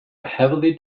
heavily